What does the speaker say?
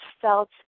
felt